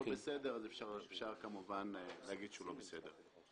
מה שלא בסדר, אז אפשר כמובן להגיד שהוא לא בסדר.